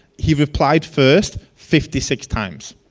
he replied first fifty six times.